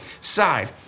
side